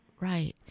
right